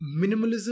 Minimalism